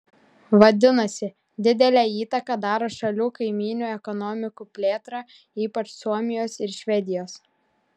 vadinasi didelę įtaką daro šalių kaimynių ekonomikų plėtra ypač suomijos ir švedijos